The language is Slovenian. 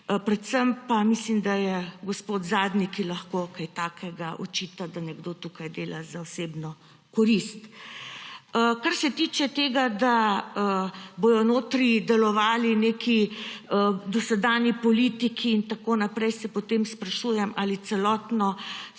Predvsem pa mislim, da je gospod zadnji, ki lahko kaj takega očita, da nekdo tukaj dela za osebno korist. Kar se tiče tega, da bodo notri delovali neki dosedanji politiki in tako naprej, se potem sprašujem, ali celotno